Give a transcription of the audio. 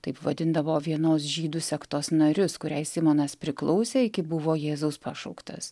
taip vadindavo vienos žydų sektos narius kuriai simonas priklausė iki buvo jėzaus pašauktas